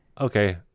okay